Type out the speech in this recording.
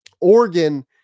Oregon